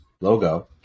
logo